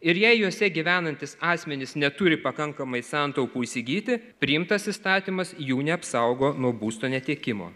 ir jei juose gyvenantys asmenys neturi pakankamai santaupų įsigyti priimtas įstatymas jų neapsaugo nuo būsto netekimo